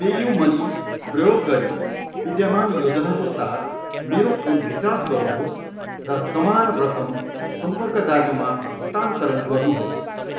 PayU money प्रयोग गरी विद्यमान योजनाको साथ मेरो फोन रिचार्ज गर्नुहोस् र समान रकम सम्पर्क दाजुमा स्थानान्तरण गर्नुहोस्